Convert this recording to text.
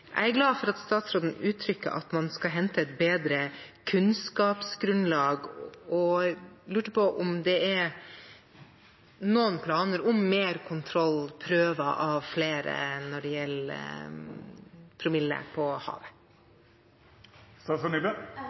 Jeg er glad for at statsråden uttrykker at man skal hente et bedre kunnskapsgrunnlag, og jeg lurer på: Er det noen planer om mer kontroll og å ta prøver av flere når det gjelder promille på